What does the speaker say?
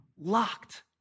locked